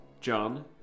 John